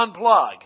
unplug